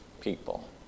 people